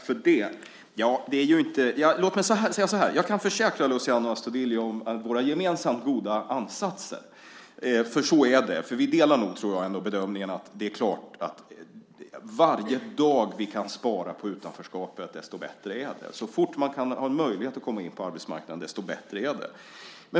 Fru talman! Jag kan försäkra Luciano Astudillo om våra gemensamma goda ansatser, för jag tror nog ändå att vi delar bedömningen att varje dag som vi kan minska utanförskapet, desto bättre är det. Så fort man har en möjlighet att komma in på arbetsmarknaden, desto bättre är det.